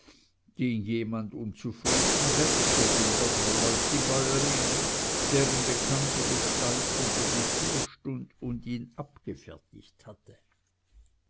ging jemand unzufrieden weg so fiel der groll auf die bäuerin deren bekannte gestalt unter die tür stund und ihn abgefertigt hatte